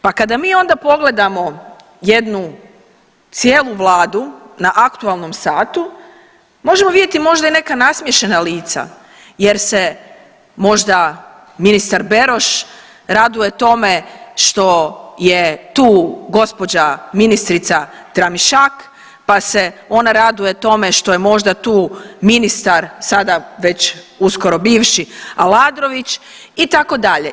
Pa kada onda pogledamo jednu cijelu Vladu na aktualnom satu možemo vidjeti možda i neka nasmiješena lica, jer se možda ministar Beroš raduje tome što je tu gospođa ministrica Tramišak, pa se on raduje tome što je možda tu ministar sada već uskoro bivši Aladrović itd.